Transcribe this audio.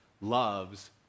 loves